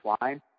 line